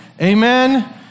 Amen